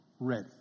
ready